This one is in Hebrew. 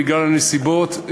בגלל הנסיבות,